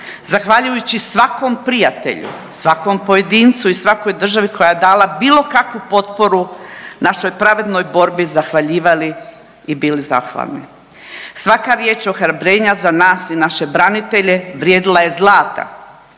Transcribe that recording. zahvaljujući svakom prijatelju, svakom pojedincu i svakoj državi koja je dala bilo kakvu potporu našoj pravednoj borbi zahvaljivali i bili zahvali. Svaka riječ ohrabrenja za nas i naše branitelje vrijedila je zlata